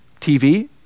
TV